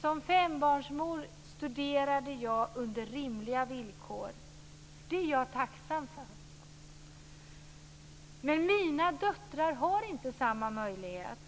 Som fembarnsmor studerade jag under rimliga villkor. Det är jag tacksam för. Men mina döttrar har inte samma möjlighet.